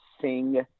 sing